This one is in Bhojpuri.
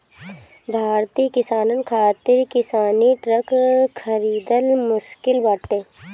भारतीय किसानन खातिर किसानी ट्रक खरिदल मुश्किल बाटे